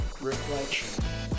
reflection